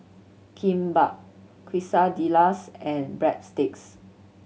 Kimbap Quesadillas and Breadsticks